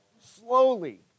slowly